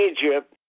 Egypt